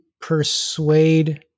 persuade